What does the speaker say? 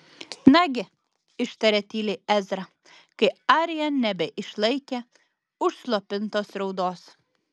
nagi ištarė tyliai ezra kai arija nebeišlaikė užslopintos raudos